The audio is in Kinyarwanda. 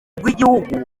rw’igihugu